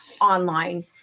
online